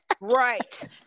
Right